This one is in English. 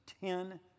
ten